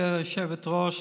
גברתי היושבת-ראש,